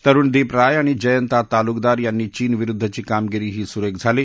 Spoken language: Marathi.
तरुणदीप राय आणि जयंता तालुकदार यांची चीनविरुद्धची कामगिरीही सुरेख झाली